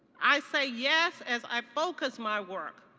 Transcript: i say yes as i focus my work